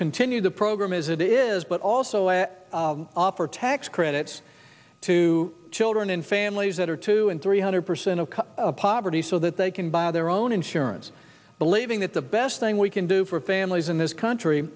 continue the program is it is but also offer tax credits to children and families that are two and three hundred percent of poverty so that they can buy their own insurance believing that the best thing we can do for families in this country